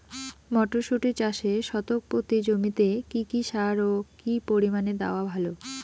মটরশুটি চাষে শতক প্রতি জমিতে কী কী সার ও কী পরিমাণে দেওয়া ভালো?